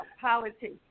politics